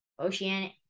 oceanic